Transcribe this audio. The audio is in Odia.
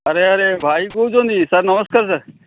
ଆରେ ଆରେ ଭାଇ କହୁଛନ୍ତି ସାର୍ ନମସ୍କାର ସାର୍